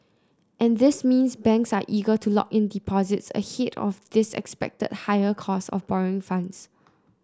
and these means banks are eager to lock in deposits ahead of this expected higher cost of borrowing funds